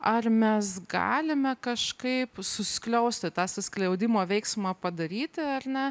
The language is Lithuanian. ar mes galime kažkaip suskliausti tą suskliaudimo veiksmą padaryti ar ne